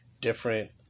different